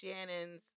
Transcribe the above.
Shannon's